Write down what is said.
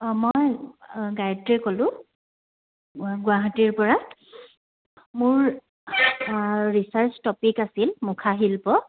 অঁ মই গায়ত্ৰীয়ে ক'লোঁ গুৱাহাটীৰ পৰা মোৰ ৰিছাৰ্চ টপিক আছিল মুখাশিল্প